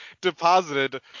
deposited